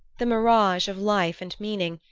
the mirage of life and meaning,